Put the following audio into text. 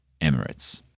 Emirates